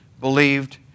believed